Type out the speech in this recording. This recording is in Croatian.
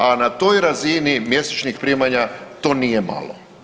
A na toj razini mjesečnih primanja to nije malo.